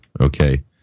Okay